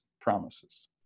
promises